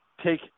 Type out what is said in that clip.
take